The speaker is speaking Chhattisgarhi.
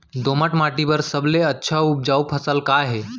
दोमट माटी बर सबले अच्छा अऊ उपजाऊ फसल का हे?